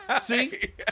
See